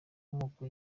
amoko